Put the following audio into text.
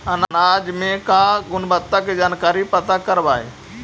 अनाज मे क्या गुणवत्ता के जानकारी पता करबाय?